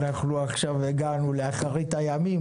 אנחנו עכשיו הגענו לאחרית הימים.